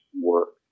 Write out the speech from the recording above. work